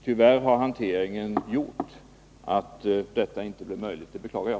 Tyvärr har hanteringen gjort att detta inte blivit möjligt. Det beklagar jag.